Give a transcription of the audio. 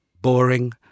boring